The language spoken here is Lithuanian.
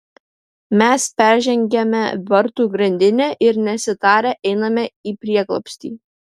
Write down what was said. mes peržengiame vartų grandinę ir nesitarę einame į prieglobstį